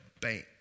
bank